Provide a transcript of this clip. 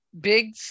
Big